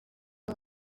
aba